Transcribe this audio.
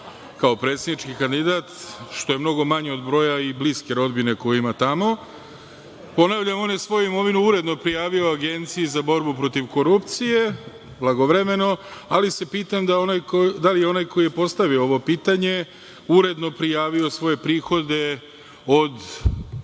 kao predsednički kandidat, što je mnogo manje od broja i bliske rodbine koju ima tamo. Ponavljam, on je svoju imovinu uredno prijavio Agenciji za borbu protiv korupcije blagovremeno, ali se pitam da li je onaj ko je postavio ovo pitanje uredno prijavio svoje prihode od